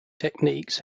techniques